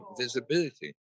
visibility